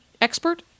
expert